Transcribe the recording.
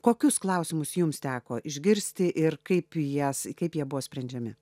kokius klausimus jums teko išgirsti ir kaip į jas kaip jie buvo sprendžiami